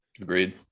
Agreed